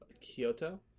Kyoto